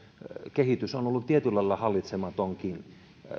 kehitys on ollut tietyllä lailla hallitsematonkin